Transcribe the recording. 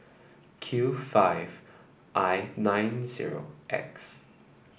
Q five I nine zero X